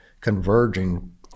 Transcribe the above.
converging